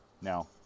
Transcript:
now